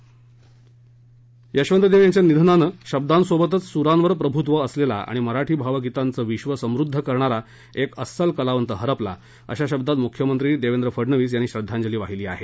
ज्येष्ठ संगीतकार गीतकार यशवंत देव यांच्या निधनानं शब्दांसोबतच सुरांवर प्रभूत्व असलेला आणि मराठी भावगीतांचे विश्व समध्द करणारा एक अस्सल कलावंत हरपला आहे अशा शब्दांत मुख्यमंत्री देवेंद्र फडणवीस यांनी श्रद्धांजली वाहिली आहे